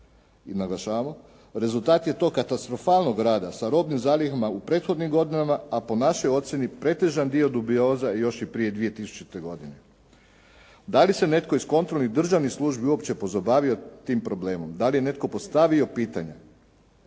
i naglašavam. Rezultat je to katastrofalnog rada sa robnim zalihama u prethodnim godinama, a po našoj ocjeni pretežan dio dubioza je još i prije 2000. godine. Da li se netko iz kontrolnih državnih službi uopće pozabavio tim problemom? Da li je netko postavio pitanje